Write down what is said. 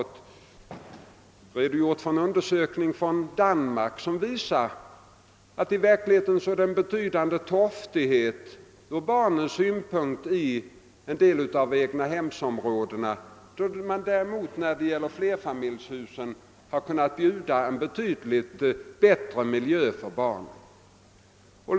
Jag har fått ta del av en undersökning från Danmark, som visar att i verkligheten representerar en del av egnahemsområdena en betydande torftighet ur barnens synpunkt, medan man i flerfamiljshusområdena har kunnat bjuda en betydligt bättre miljö för barnen.